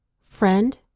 friend